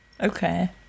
Okay